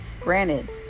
granted